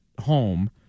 home